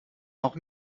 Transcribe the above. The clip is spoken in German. auch